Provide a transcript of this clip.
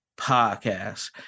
podcast